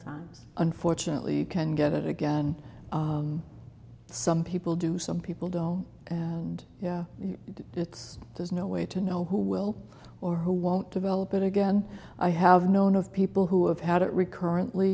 times unfortunately you can't get it again some people do some people don't and yeah it's there's no way to know who will or who won't develop it again i have known of people who have had it recurrently